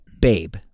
Babe